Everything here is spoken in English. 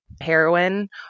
heroin